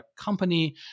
company